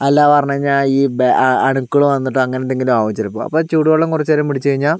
അല്ല പറഞ്ഞു കഴിഞ്ഞാൽ ഈ അണുക്കൾ വന്നിട്ട് അങ്ങനെ എന്തെങ്കിലും ആകും ചിലപ്പോൾ അപ്പോ ചൂടു വെള്ളം കുറച്ചു നേരം പിടിച്ചു കഴിഞ്ഞാൽ